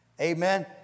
Amen